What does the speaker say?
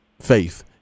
faith